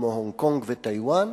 כמו הונג-קונג וטייוואן,